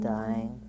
dying